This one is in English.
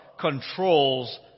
controls